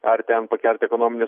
ar ten pakelti ekonominį